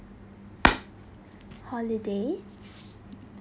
holiday